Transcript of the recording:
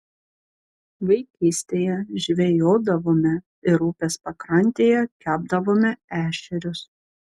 vaikystėje žvejodavome ir upės pakrantėje kepdavome ešerius